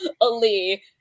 Ali